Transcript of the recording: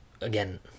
Again